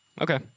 Okay